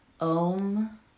Om